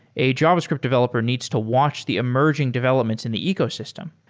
a javascript developer needs to watch the emerging developments in the ecosystem.